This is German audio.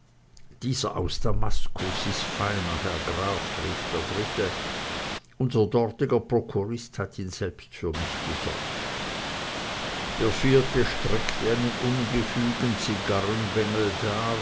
dieser aus damaskus ist feiner herr graf rief der dritte unser dortige prokurist selbst hat ihn für mich besorgt der vierte streckte einen ungefügen